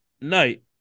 night